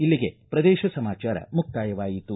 ಇಲ್ಲಿಗೆ ಪ್ರದೇಶ ಸಮಾಚಾರ ಮುಕ್ತಾಯವಾಯಿತು